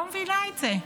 לא מבינה את זה.